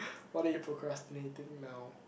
what are procrastinating now